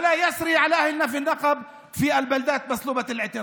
כי החוק הזה לא כולל ולא חל על אנשינו בנגב ביישובים הלא-מוכרים ועל